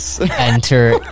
Enter